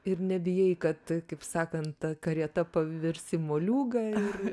ir nebijai kad kaip sakant ta karieta pavirs į moliūgą ir